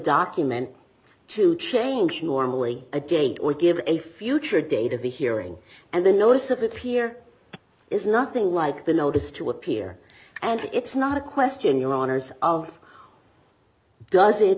document to change normally a date would give a future date of the hearing and the notice of the pier is nothing like the notice to appear and it's not a question your manners of does